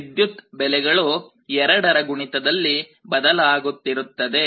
ವಿದ್ಯುತ್ ಬೆಲೆಗಳು 2 ರ ಗುಣಿತದಲ್ಲಿ ಬದಲಾಗುತ್ತಿರುತ್ತದೆ